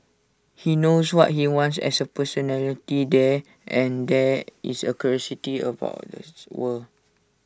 he knows what he wants as A personality there and there is A curiosity about that's world